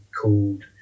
called